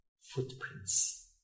Footprints